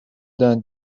than